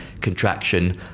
contraction